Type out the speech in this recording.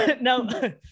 No